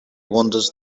wanders